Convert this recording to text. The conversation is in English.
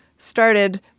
started